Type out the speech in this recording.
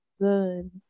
good